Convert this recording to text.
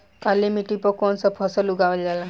काली मिट्टी पर कौन सा फ़सल उगावल जाला?